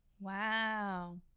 Wow